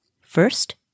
First